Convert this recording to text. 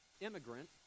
immigrant